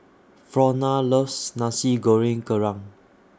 Frona loves Nasi Goreng Kerang